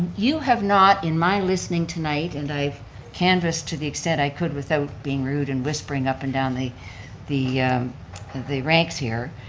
you have not in my listening tonight, and i've canvassed to the extent i could without being rude and whispering up and down the the the ranks here,